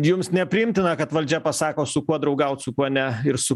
jums nepriimtina kad valdžia pasako su kuo draugaut su kuo ne ir su